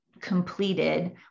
completed